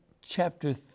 chapter